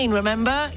remember